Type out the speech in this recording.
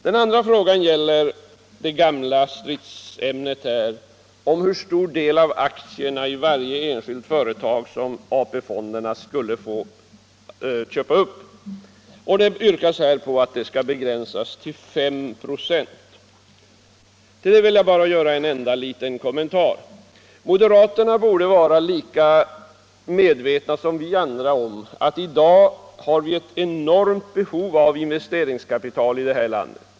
Den andra reservationen gäller det gamla stridsämnet hur stor del av aktierna i varje enskilt företag som AP-fonderna skall få köpa upp. Här yrkas på en begränsning till 5 96. Till detta vill jag bara göra en enda liten kommentar. Moderaterna borde vara lika medvetna som vi andra om att det i dag finns ett enormt behov av investeringskapital i det här landet.